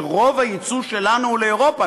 מפני שרוב היצוא שלנו הוא לאירופה.